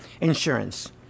insurance